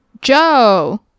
Joe